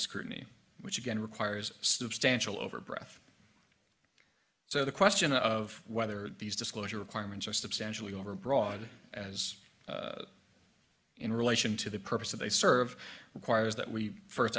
scrutiny which again requires substantial over breath so the question of whether these disclosure requirements are substantially overbroad as in relation to the purpose that they serve requires that we first